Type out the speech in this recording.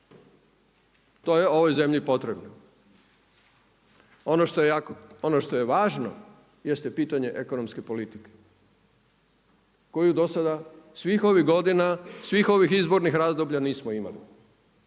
To je ovoj zemlji potrebno. Ono što je važno jeste pitanje ekonomske politike koju do sada svih ovih godina, svih ovih izbornih razdoblja nismo imali.